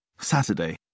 Saturday